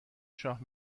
شاه